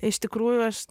iš tikrųjų aš